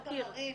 מכירות את עינת?